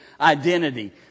identity